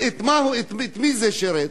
את מי זה שירת?